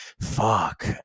fuck